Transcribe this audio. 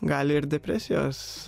gali ir depresijos